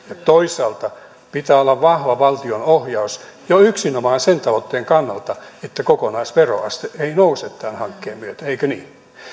toisaalta pitää olla vahva valtionohjaus jo yksinomaan sen tavoitteen kannalta että kokonaisveroaste ei nouse tämän hankkeen myötä eikö niin